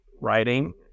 writing